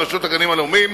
רשות הגנים הלאומיים,